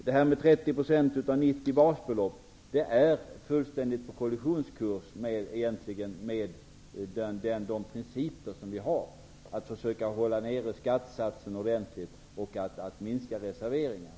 Förslaget om 30 % av 90 basbelopp är helt på kollisionskurs med de principer vi har om att försöka hålla nere skattesatserna och minska reserveringarna.